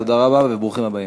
תודה רבה וברוכים הבאים.